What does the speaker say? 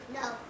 No